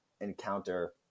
encounter